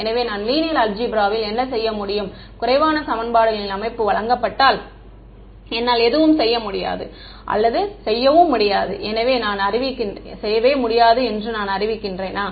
எனவே நான் லீனியர் அல்ஜிப்ராவில் என்ன செய்ய முடியும் குறைவான சமன்பாடுகளின் அமைப்பு வழங்கப்பட்டால் என்னால் எதுவும் செய்ய முடியாது அல்லது செய்ய முடியாது என்று நான் அறிவிக்கிறேனா